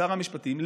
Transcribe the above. שר המשפטים,